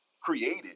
created